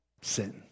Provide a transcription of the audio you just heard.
sin